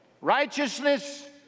righteousness